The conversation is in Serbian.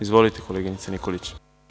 Izvolite koleginice Nikolić.